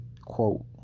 quote